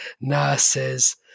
nurses